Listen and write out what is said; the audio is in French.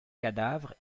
cadavre